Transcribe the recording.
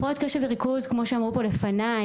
הפרעות קשב וריכוז כמו שאמרו פה לפניי,